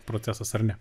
procesas ar ne